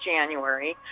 January